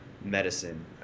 medicine